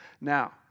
Now